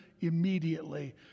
immediately